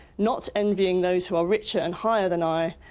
not envying those who are richer and higher than i,